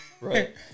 right